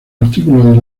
artículos